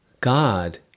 God